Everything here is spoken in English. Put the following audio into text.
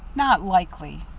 not likely.